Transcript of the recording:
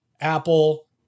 Apple